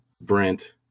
Brent